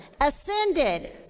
ascended